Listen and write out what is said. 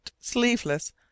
sleeveless